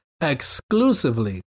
exclusively